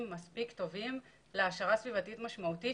מספיק טובים להעשרה סביבתית משמעותית,